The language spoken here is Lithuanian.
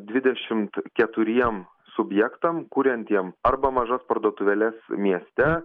dvidešimt keturiem subjektam kuriantiem arba mažas parduotuvėles mieste